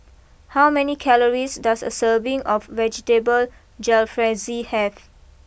how many calories does a serving of Vegetable Jalfrezi have